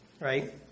right